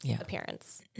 appearance